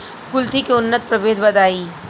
कुलथी के उन्नत प्रभेद बताई?